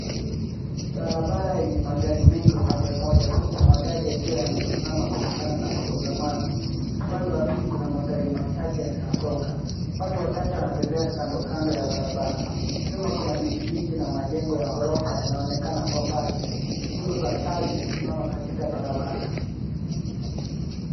Barabara yenye magari mengi upande mmoja huku magari yakiwa yamesimama kutokana na msongamano. Upande wa pili kuna magari machache yanayosonga. Watu wachache wanatembea kandokando ya barabara. Nyuma kuna miti mingi na majengo ya ghorofa yanaonekana kwa mbali. Nguzo za taa zimesimama katika barabara.